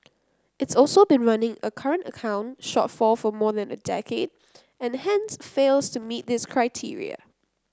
it's also been running a current account shortfall for more than a decade and hence fails to meet this criteria